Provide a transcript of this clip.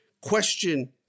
Question